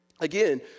Again